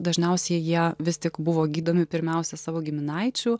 dažniausiai jie vis tik buvo gydomi pirmiausia savo giminaičių